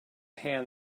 hand